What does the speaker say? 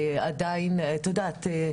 עדיין את יודעת,